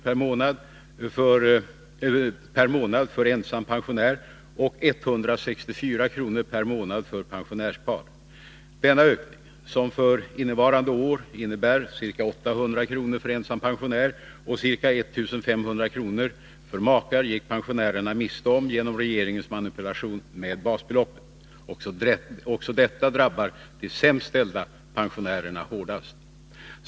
per månad för ensam pensionär och 164 kr. per månad för pensionärspar. Denna ökning, som för innevarande år innebar ca 800 kr. för ensam pensionär och ca 1 500 kr. för makar, gick pensionärerna miste om genom regeringens manipulation med basbeloppet. Också detta drabbar de sämst ställda pensionärerna hårdast.